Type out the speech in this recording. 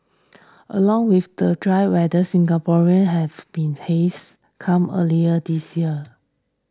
along with the dry weather Singaporean have been haze come earlier this year